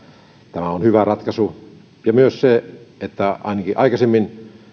tämä on hyvä ratkaisu ja myös se että kun ainakin aikaisemmin